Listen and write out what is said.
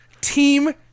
Team